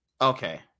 Okay